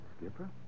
Skipper